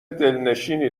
دلنشینی